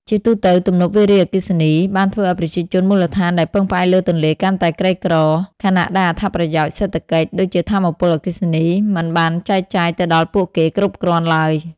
ជាទូទៅ ទំនប់វារីអគ្គិសនីបានធ្វើឱ្យប្រជាជនមូលដ្ឋានដែលពឹងផ្អែកលើទន្លេកាន់តែក្រីក្រ ខណៈដែលអត្ថប្រយោជន៍សេដ្ឋកិច្ច ដូចជាថាមពលអគ្គិសនី មិនបានចែកចាយទៅដល់ពួកគេគ្រប់គ្រាន់ឡើយ។